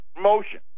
motion